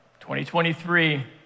2023